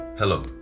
Hello